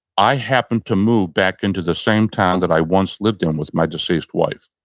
i happen to move back into the same town that i once lived in with my deceased wife.